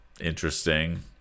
interesting